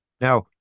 Now